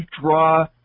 draw